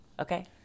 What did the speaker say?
Okay